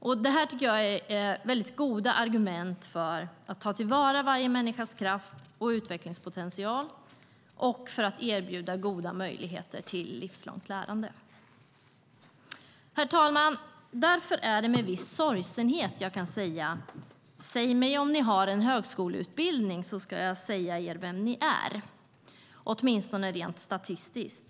Jag tycker att det är mycket goda argument för att ta till vara varje människas kraft och utvecklingspotential och för att erbjuda goda möjligheter till livslångt lärande. Herr talman! Därför är det med en viss sorgsenhet jag kan säga: Säg mig om ni har en högskoleutbildning, så ska jag säga er vem ni är, åtminstone rent statistiskt!